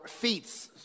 feats